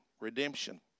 redemption